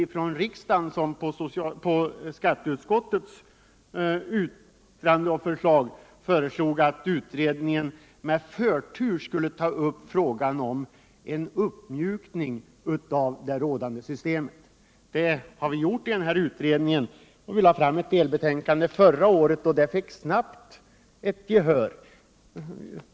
sedan riksdagen på skattceutskottets förslag hade beslutat att utredningen med förtur skulle ta upp frågan om en uppmjukning av det gällande systemet. Utredningen lade förra året fram ett delbetänkande som snabbt vann gchör.